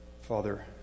Father